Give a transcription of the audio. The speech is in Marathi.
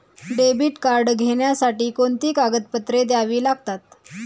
डेबिट कार्ड घेण्यासाठी कोणती कागदपत्रे द्यावी लागतात?